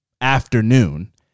afternoon